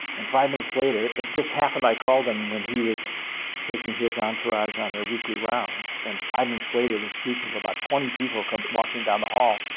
and, five minutes later it just happened i called him when he was taking his entourage on their weekly rounds, and five minutes later this group of about twenty people comes walking down the hall.